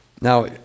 Now